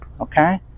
okay